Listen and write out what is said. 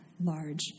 large